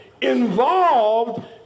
involved